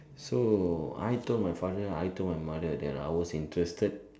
so I told my father and I told my mother that I was interested